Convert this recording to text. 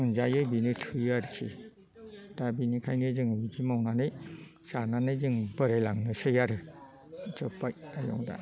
मोनजायो बेनो थोयो आरोखि दा बेनिखायनो जों मावनानै जानानै जों बोरायलांनोसै आरो जोबबाय आयं दा